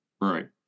Right